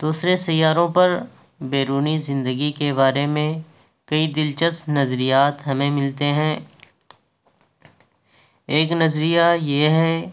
دوسرے سیّاروں پر بیرونی زندگی كے بارے میں کئی دلچسپ نظریات ہمیں ملتے ہیں ایک نظریہ یہ ہے